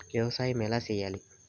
వ్యవసాయం ఎలా చేయాలి?